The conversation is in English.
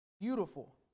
Beautiful